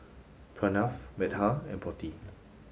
Pranav Medha and Potti